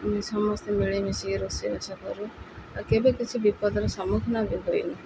ଆମେ ସମସ୍ତେ ମିଳିମିଶିକି ରୋଷେଇବାସ କରୁ ଆଉ କେବେ କିଛି ବିପଦର ସମ୍ମୁଖୀନ ବି ହୋଇନି